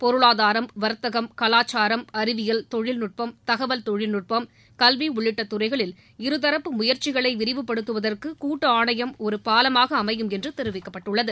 பொருளாதாரம் வர்த்தகம் கலாச்சாரம் அறிவியல் தொழில்நுட்பம் தகவல் தொழில்நுட்பம் கல்வி உள்ளிட்ட துறைகளில் இருதரப்பு முயற்சிகளை விரிவுப்படுத்துவதற்கு கூட்டு ஆணையம் ஒரு பாலமாக அமையும் என்று தெரிவிக்கப்பட்டுள்ளது